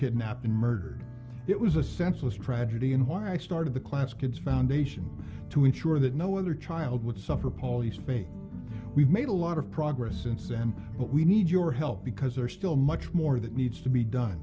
kidnapped and murdered it was a senseless tragedy and why i started the class kids foundation to ensure that no other child would suffer polysorbate we've made a lot of progress since then but we need your help because there is still much more that needs to be done